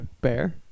Bear